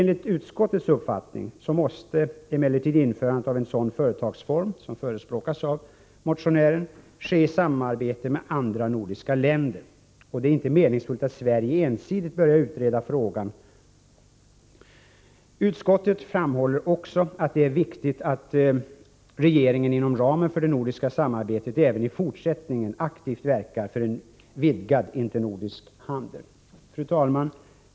Enligt utskottets uppfattning måste emellertid införandet av en sådan företagsform som förespråkas av motionären ske i samarbete med andra nordiska länder. Det är inte meningsfullt att Sverige ensidigt börjar utreda frågan. Utskottet framhåller också att det är viktigt att regeringen inom ramen för det nordiska samarbetet även i fortsättningen aktivt verkar för en vidgad internordisk handel. Fru talman!